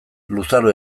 luzaro